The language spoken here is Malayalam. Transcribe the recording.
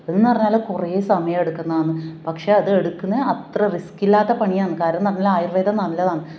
അതെന്ന് പറഞ്ഞാൽ കുറേ സമയം എടുക്കുന്നതാന്ന് പക്ഷേ അതെടുക്കുന്ന അത്ര റിസ്ക്കില്ലാത്ത പണിയാന്ന് കാരണമെന്ന് പറഞ്ഞാൽ ആയുർവേദം നല്ലതാന്ന്